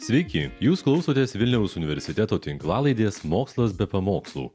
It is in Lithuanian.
sveiki jūs klausotės vilniaus universiteto tinklalaidės mokslas be pamokslų